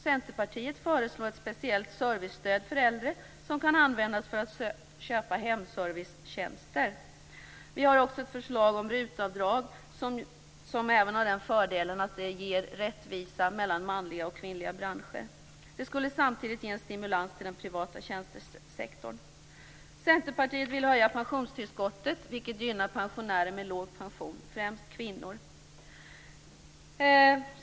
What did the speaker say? Centerpartiet föreslår ett speciellt servicestöd för äldre som kan användas till att köpa hemservicetjänster. Vi har också ett förslag om RUT-avdrag, som även har den fördelen att det ger rättvisa mellan manliga och kvinnliga branscher. Det skulle samtidigt ge den privata tjänstesektorn en stimulans. Centerpartiet vill höja pensionstillskottet, vilket gynnar pensionärer med låg pension, främst kvinnor.